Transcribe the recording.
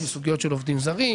החקלאות, סוגיות של עובדים זרים,